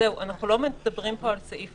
אנחנו לא מדברים פה על סעיף